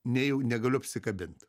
nejau negaliu apsikabint